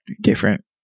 different